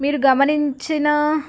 మీరు గమనించిన